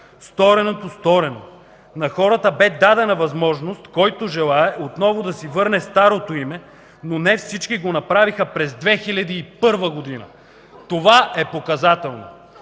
Стореното – сторено. На хората бе дадена възможност, който желае, отново да си върне старото име, но не всички го направиха през 2001 г. Това е показателното.